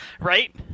Right